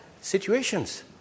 situations